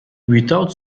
without